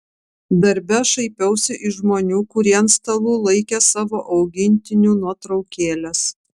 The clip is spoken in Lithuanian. darbe šaipiausi iš žmonių kurie ant stalų laikė savo augintinių nuotraukėles